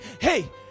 Hey